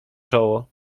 czoło